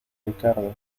ricardo